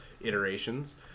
iterations